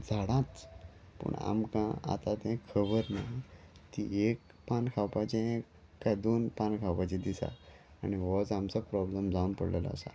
झाडांच पूण आमकां आतां तें खबर ना ती एक पान खावपाचें काय दोन पान खावपाचें दिसा आनी होच आमचो प्रोब्लम जावन पडलेलो आसा